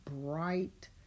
bright